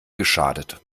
geschadet